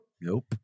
Nope